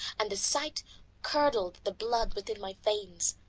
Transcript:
and the sight curdled the blood within my veins.